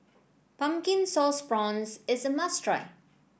Pumpkin Sauce Prawns is a must try